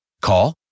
Call